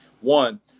one